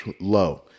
low